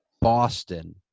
Boston